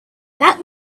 that